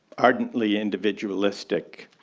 ardently individualistic,